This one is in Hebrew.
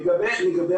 לגבי